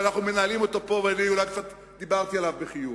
ואני אומר את זה דווקא לך,